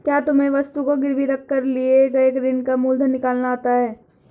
क्या तुम्हें वस्तु को गिरवी रख कर लिए गए ऋण का मूलधन निकालना आता है?